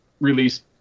release